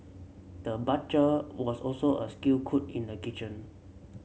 the butcher was also a skilled cook in a kitchen